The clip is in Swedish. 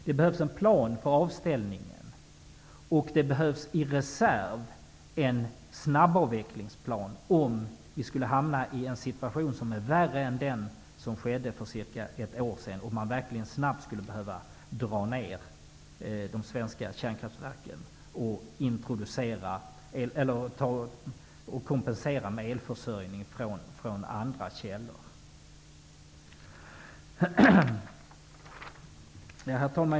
Det behövs en plan för avställningen, och det behövs en snabbavvecklingsplan i reserv, om vi skulle hamna i en situation som är värre en den som rådde för ca ett år sedan och om man verkligen snabbt skulle behöva dra ned på de svenska kärnkraftverken och kompensera med elförsörjning från andra källor. Herr talman!